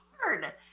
hard